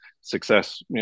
success